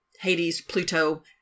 Hades-Pluto-